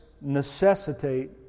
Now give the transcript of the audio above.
necessitate